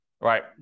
Right